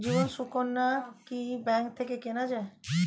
জীবন সুকন্যা কি ব্যাংক থেকে কেনা যায়?